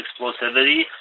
explosivity